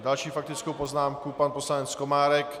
Další faktickou poznámku má pan poslanec Komárek.